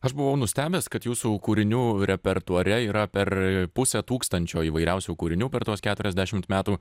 aš buvau nustebęs kad jūsų kūrinių repertuare yra per pusė tūkstančio įvairiausių kūrinių per tuos keturiasdešimt metų